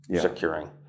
securing